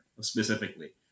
specifically